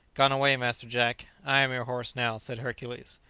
gone away, master jack i am your horse now, said hercules.